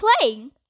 playing